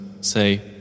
say